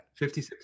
56